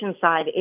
side